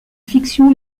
fiction